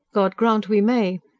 god grant we may!